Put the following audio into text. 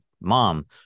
mom